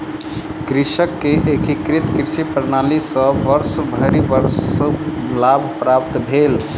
कृषक के एकीकृत कृषि प्रणाली सॅ वर्षभरि वर्ष लाभ प्राप्त भेल